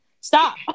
Stop